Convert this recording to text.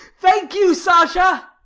thank you, sasha!